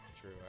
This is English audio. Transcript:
true